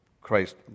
Christ